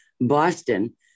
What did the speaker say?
Boston